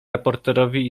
reporterowi